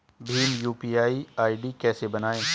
Bhim UPI ID कैसे बनाएं?